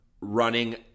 running